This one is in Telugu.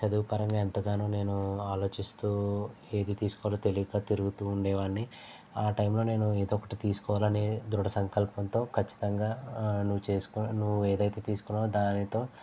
చదువుపరంగా ఎంతగానో నేను ఆలోచిస్తూ ఏది తీసుకోవాలో తెలియక తిరుగుతూ ఉండేవాణ్ణి ఆ టైం లో నేను ఏదో ఒకటి తీసుకోవాలని ధృడసంకల్పంతో ఖచ్చితంగా నువ్వు చెస్ నువ్వు ఏదైతే తీసుకున్నావో దానితో